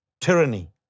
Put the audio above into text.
tyranny